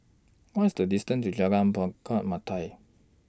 What's The distance to Jalan Melati